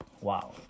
Wow